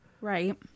Right